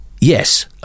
yes